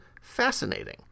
fascinating